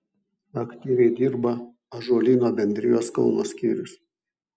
aktyviai dirba ąžuolyno bendrijos kauno skyrius